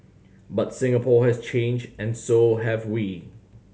but Singapore has changed and so have we